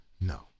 No